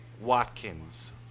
Watkins